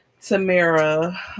Tamara